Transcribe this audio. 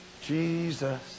Jesus